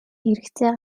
хэрэгцээ